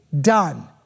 done